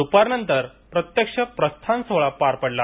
दुपारनंतर प्रत्यक्ष प्रस्थान सोहळा पार पडला